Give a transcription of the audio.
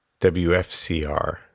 WFCR